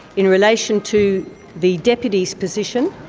in relation to the deputy's position,